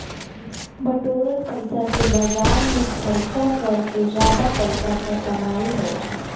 बटोरल पइसा से बाजार में खरचा कर के जादा पइसा क कमाई होला